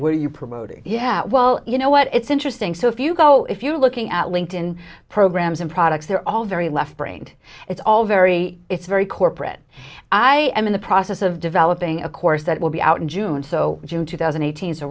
were you promoting yeah well you know what it's interesting so if you go if you're looking at linked in programs and products they're all very left brained it's all very it's very corporate i am in the process of developing a course that will be out in june so june two thousand eight